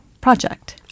project